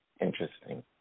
Interesting